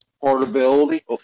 portability